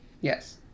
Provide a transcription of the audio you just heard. Yes